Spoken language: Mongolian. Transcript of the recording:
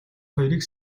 хоёрыг